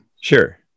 sure